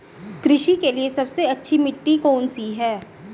कृषि के लिए सबसे अच्छी मिट्टी कौन सी है?